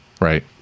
Right